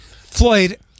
Floyd